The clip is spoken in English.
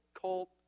cult